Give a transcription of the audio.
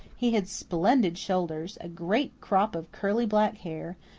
he had splendid shoulders, a great crop of curly black hair,